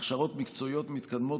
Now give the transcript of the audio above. הכשרות מקצועיות מתקדמות,